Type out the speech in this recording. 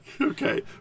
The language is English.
Okay